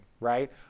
right